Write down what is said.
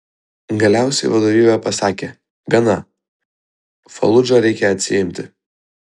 galiausiai vadovybė pasakė gana faludžą reikia atsiimti